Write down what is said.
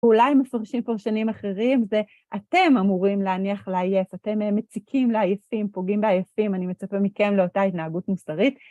אולי מפרשים פרשנים אחרים, זה אתם אמורים להניח לעייף, אתם מציקים לעייפים, פוגעים בעייפים, אני מצפה מכם לאותה התנהגות מוסרית.